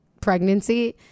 pregnancy